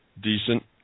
decent